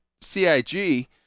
CIG